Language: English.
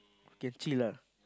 can chill ah